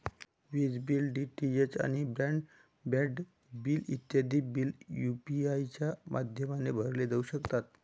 विज bill, DTH आणि broadband bill इत्यादी बिल यू.पी.आय च्या माध्यमाने भरले जाऊ शकतात